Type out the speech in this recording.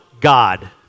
God